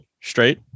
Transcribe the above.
Straight